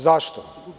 Zašto?